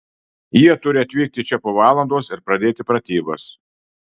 jie turi atvykti čia po valandos ir pradėti pratybas